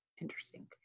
Interesting